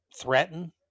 threaten